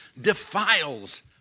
defiles